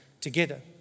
together